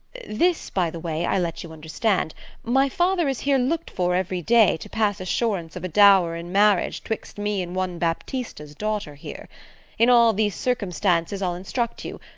this, by the way, i let you understand my father is here look'd for every day to pass assurance of a dower in marriage twixt me and one baptista's daughter here in all these circumstances i'll instruct you.